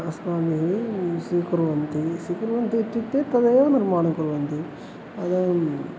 अस्माभिः स्वीकुर्वन्ति स्वीकुर्वन्ति इत्युक्ते तदेव निर्माणं कुर्वन्ति अतः